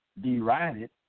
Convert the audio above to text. derided